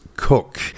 Cook